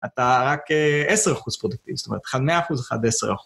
אתה רק 10 אחוז פרודקטיבי, זאת אומרת, אחד 100 אחוז אחד, אחד 10 אחוז.